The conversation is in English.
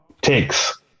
takes